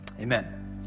Amen